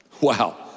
wow